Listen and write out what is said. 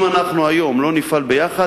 אם אנחנו היום לא נפעל ביחד,